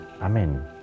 Amen